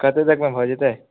कतेक तकमे भऽ जेतै